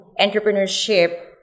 entrepreneurship